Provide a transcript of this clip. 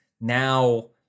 now